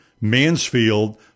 Mansfield